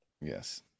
Yes